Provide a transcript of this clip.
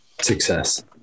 Success